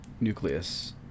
nucleus